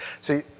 See